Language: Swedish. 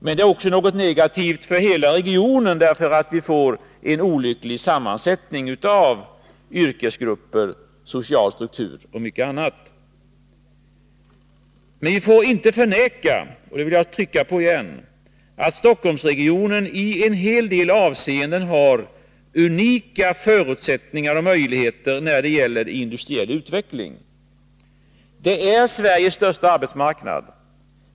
Men det är också negativt för hela regionen, därför att vi får en olycklig sammansättning av yrkesgrupper, social struktur och mycket annat. Vi får inte förneka, det vill jag trycka på igen, att Stockholmsregionen i en hel del avseenden har unika förutsättningar och möjligheter när det gäller industriell utveckling. Det är Sveriges största arbetsmarknad.